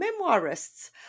memoirists